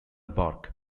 bark